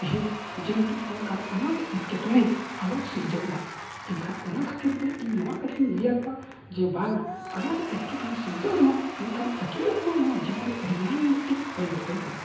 ᱛᱮᱦᱮᱧ ᱡᱮᱢᱛᱤ ᱚᱱᱠᱟᱱ ᱟᱱᱟᱴ ᱮᱴᱠᱮᱴᱚᱬᱮ ᱟᱞᱚ ᱥᱤᱨᱡᱟᱹᱜ ᱢᱟ ᱮᱱᱠᱷᱟᱱ ᱚᱱᱟ ᱠᱷᱟᱹᱛᱤᱨ ᱛᱮ ᱤᱧ ᱱᱚᱣᱟ ᱠᱟᱛᱷᱟᱧ ᱞᱟᱹᱭᱟᱠᱚᱣᱟ ᱡᱮ ᱵᱟᱝᱟ ᱟᱱᱟᱴ ᱮᱴᱠᱮᱴᱚᱬᱮ ᱥᱤᱨᱡᱟᱹᱜ ᱨᱮᱦᱚᱸ ᱢᱮᱱᱠᱷᱟᱱ ᱟᱹᱠᱤᱞᱚᱜ ᱫᱚ ᱱᱚᱣᱟ ᱡᱤᱵᱚᱱ ᱨᱮ ᱟᱹᱰᱤ ᱢᱟᱨᱟᱝ ᱢᱤᱫᱴᱤᱡ ᱯᱚᱨᱤᱵᱚᱨᱛᱚᱱ ᱠᱟᱱᱟ